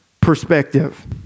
perspective